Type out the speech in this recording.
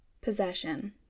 Possession